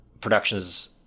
productions